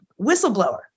whistleblower